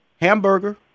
Hamburger